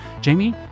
Jamie